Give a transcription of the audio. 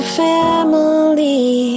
family